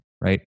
right